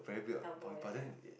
elbow ya ya